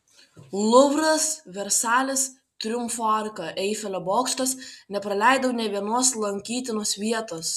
luvras versalis triumfo arka eifelio bokštas nepraleidau nė vienos lankytinos vietos